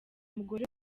mugore